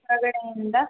ಹೊರಗಡೆಯಿಂದ